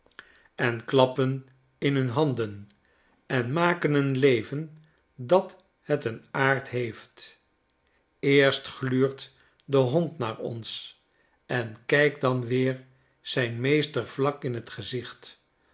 en klappen in nun handen en maken een leven dat het een aard heeft eerst gluurt de hond naar ons en kijkt dan weer zijn meester vlak in t gezicht